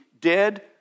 dead